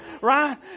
Right